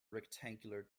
rectangular